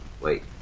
wait